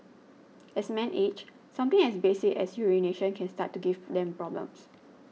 as men age something as basic as urination can start to give them problems